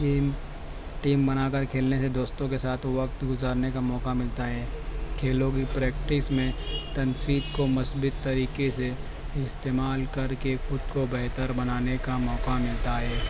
team team بنا کر کھیلنے سے دوستوں کے ساتھ وقت گزارنے کا موقع ملتا ہے کھیلوں کی پریکٹس میں تنفیک کو مثبت طریقے سے استعمال کر کے خود کو بہتر بنانے کا موقع ملتا ہے